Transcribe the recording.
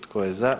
Tko je za?